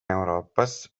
euroopas